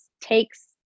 takes